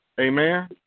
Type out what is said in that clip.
Amen